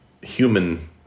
human